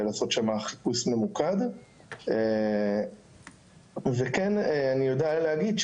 ולעשות שם חיפוש ממוקד וכן אני יודע להגיד,